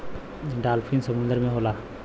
dolphin समुंदर में होला